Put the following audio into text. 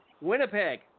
Winnipeg